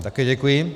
Také děkuji.